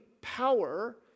power